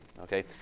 okay